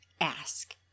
ask